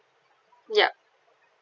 yup